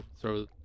throw